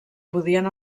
podien